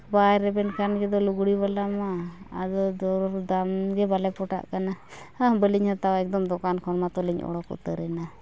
ᱵᱟᱭ ᱨᱮᱵᱮᱱ ᱠᱟᱱ ᱫᱚ ᱞᱩᱜᱽᱲᱤ ᱵᱟᱞᱟᱢᱟ ᱟᱫᱚ ᱫᱚᱨᱫᱟᱢ ᱜᱮ ᱵᱟᱞᱮ ᱯᱚᱴᱟᱜ ᱠᱟᱱᱟ ᱦᱮᱸ ᱵᱟᱹᱞᱤᱧ ᱦᱟᱛᱟᱣᱟ ᱮᱠᱫᱚᱢ ᱫᱳᱠᱟᱱ ᱠᱷᱚᱱ ᱢᱟᱛᱚᱞᱤᱧ ᱚᱰᱳᱠ ᱩᱛᱟᱹᱨᱮᱱᱟ